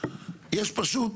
יש פשוט